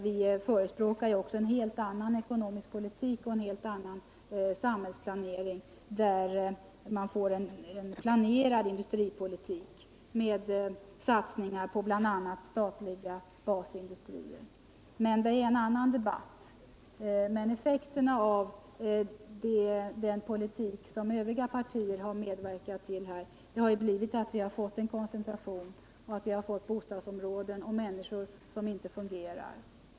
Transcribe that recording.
Vi förespråkar också en helt annan politik och en helt annan samhällsplanering —en planerad industripolitik med satsningar på bl.a. statliga basindustrier. Men det är en annan debatt. Effekterna av den politik som övriga partier har medverkat till har blivit att vi har fått en koncentration inom näringslivet och bostadsområden med människor som inte fungerar.